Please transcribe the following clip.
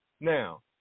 Now